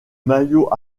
maillot